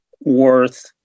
worth